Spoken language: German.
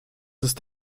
ist